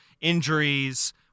injuries